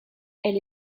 elle